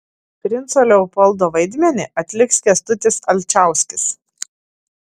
princo leopoldo vaidmenį atliks kęstutis alčauskis